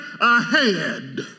ahead